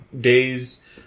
days